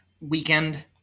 weekend